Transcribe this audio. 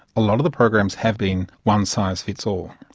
a lot of the programs have been one size fits all.